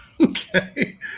Okay